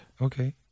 Okay